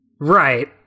Right